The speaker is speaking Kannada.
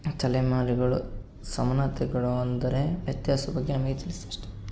ತಲೆಮಾರುಗಳು ಸಮಾನತೆಗಳು ಅಂದರೆ ವ್ಯತ್ಯಾಸದ ಬಗ್ಗೆ ನಮಗೆ ತಿಳಿಸು ಅಷ್ಟೆ